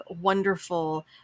wonderful